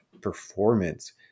performance